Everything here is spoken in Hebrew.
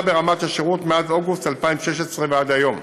ברמת השירות מאז אוגוסט 2016 ועד היום.